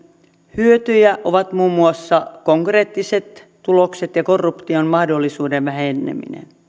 hyötyjä ovat muun muassa konkreettiset tulokset ja korruption mahdollisuuden väheneminen